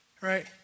right